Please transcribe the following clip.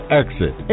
exit